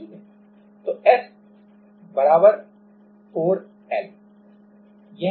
ठीक है तो S 4 L